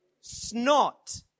Snot